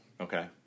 Okay